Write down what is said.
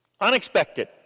Unexpected